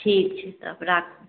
ठीक छै तब राखु